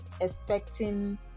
Expecting